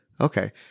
Okay